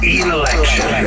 election